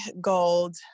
gold